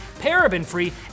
paraben-free